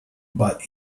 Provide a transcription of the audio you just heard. but